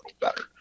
better